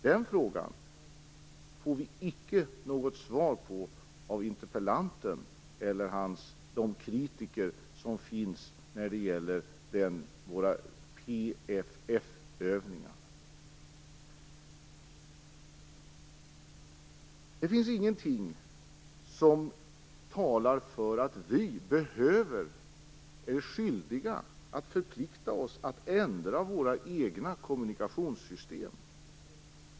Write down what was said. Den frågan får vi icke något svar på av interpellanten eller av kritikerna till PFF Det finns ingenting som talar för att vi behöver eller är skyldiga att ändra våra egna kommunikationssystem.